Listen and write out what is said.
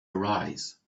arise